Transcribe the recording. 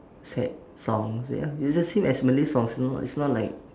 sad songs ya is the same as malay songs you know it's not like